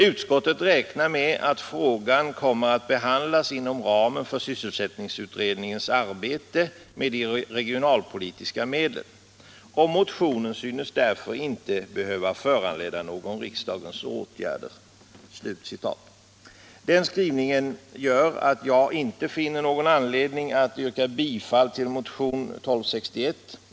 Utskottet räknar med att frågan kommer att behandlas inom ramen för sysselsättningsutredningens arbete med de regionalpolitiska medlen, och motionen synes därför inte behöva föranleda någon riksdagens åtgärd.” Den skrivningen gör att jag inte finner någon anledning att yrka bifall till motionen 1261.